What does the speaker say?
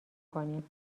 کنیم